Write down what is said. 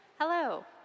Hello